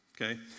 Okay